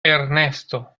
ernesto